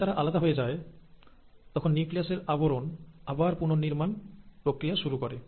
যখনই তারা আলাদা হয়ে যায় তখন নিউক্লিয়াসের আবরণ আবার পুনর্নির্মাণ প্রক্রিয়া শুরু করে